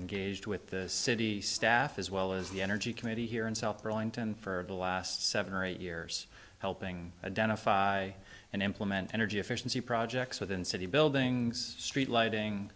engaged with the city staff as well as the energy committee here in south rolling to and for the last seven or eight years helping identify and implement energy efficiency projects within city buildings street lighting